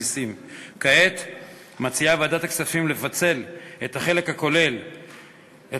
כעת מציעה ועדת הכספים לפצל את החלק הכולל את